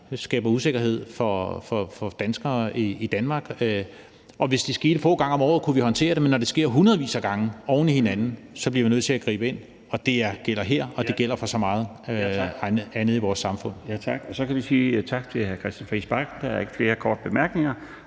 skaber usikkerhed for danskere i Danmark. Hvis det skete få gange om året, kunne vi håndtere det, men når det sker hundredvis af gange oven i hinanden, bliver vi nødt til at gribe ind. Det gælder her, og det gælder for så meget andet i vores samfund. Kl. 20:59 Den fg. formand (Bjarne Laustsen): Så kan vi sige tak til hr. Christian Friis Bach. Der er ikke flere korte bemærkninger.